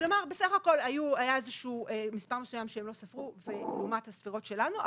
כלומר בסך הכול היה איזשהו מספר מסוים שהם לא ספרו ולעומת הספירות שלנו,